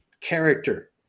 character